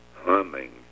humming